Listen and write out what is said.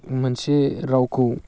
मोनसे रावखौ